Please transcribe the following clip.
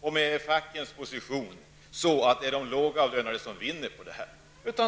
och med den position som facken intar har inte de lågavlönade något att vinna på det här.